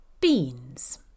Beans